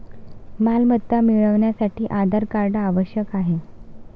मालमत्ता मिळवण्यासाठी आधार कार्ड आवश्यक आहे